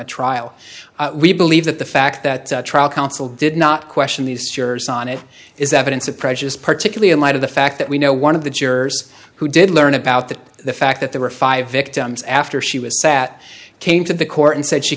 of trial we believe that the fact that trial counsel did not question these jurors on it is evidence of prejudice particularly in light of the fact that we know one of the jurors who did learn about that the fact that there were five victims after she was sat came to the court and said she